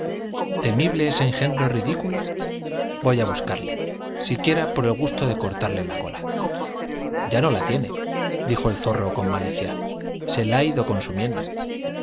temible ese engendro ridículo v qy á buscarle siquiera por el gusto de cortarle la cola ya no la tiene dijo el zorro con malicia se la ha ido consumiendo